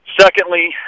Secondly